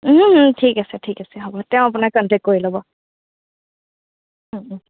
ওঁ ওঁ ঠিক আছে ঠিক আছে হ'ব তেওঁ আপোনাক কন্টেক কৰি ল'ব ওঁ ওঁ